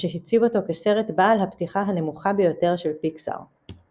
מה שהציב אותו כסרט "בעל הפתיחה הנמוכה ביותר של פיקסאר".